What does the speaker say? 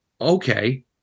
Okay